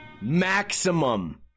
Maximum